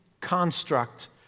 construct